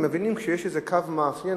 מבינים שיש איזה קו מאפיין,